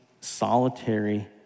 solitary